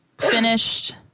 finished